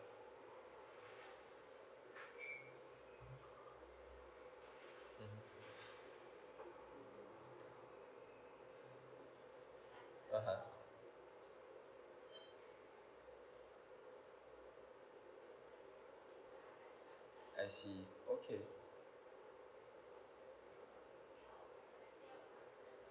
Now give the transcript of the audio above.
(uh huh) I see okay